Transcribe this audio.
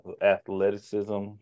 athleticism